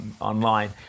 online